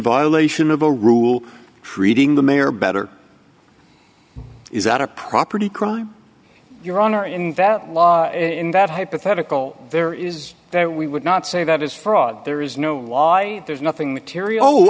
violation of a rule creating the mayor better is that a property crime your honor in that law in that hypothetical there is there we would not say that is fraud there is no why there's nothing material